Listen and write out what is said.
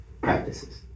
practices